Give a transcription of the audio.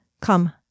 Come